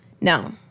No